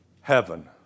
heaven